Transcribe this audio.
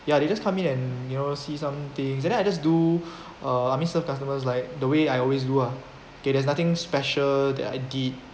ya they just come in and you know see some things and then I just do uh I mean serve customers like the way I always do ah okay there's nothing special that I did